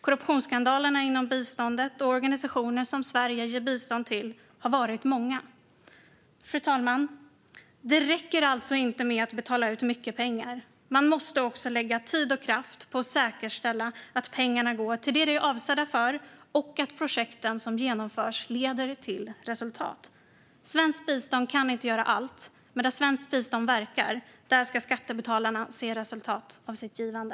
Korruptionsskandalerna inom biståndet och organisationer som Sverige ger bistånd till har varit många. Fru talman! Det räcker alltså inte att betala ut mycket pengar. Man måste också lägga tid och kraft på att säkerställa att pengarna går till det som de är avsedda för och att de projekt som genomförs leder till resultat. Svenskt bistånd kan inte göra allt, men där svenskt bistånd verkar ska skattebetalarna se resultat av sitt givande.